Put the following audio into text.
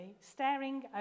staring